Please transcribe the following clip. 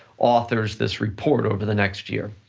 authors this report over the next year.